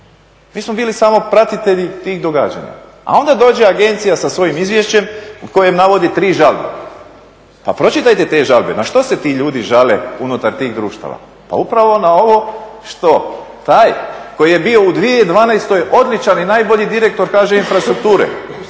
Mi smo bili samo pratitelji tih događanja. A onda dođe agencija sa svojim izvješćem u kojem navodi tri žalbe. Pa pročitajte te žalbe, na što se ti ljudi žale unutar tih društava, pa upravo na ovo što taj koji je bio u 2012. odličan i najbolji direktor HŽ-Infrastrukture.